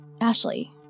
Ashley